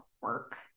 work